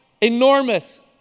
Enormous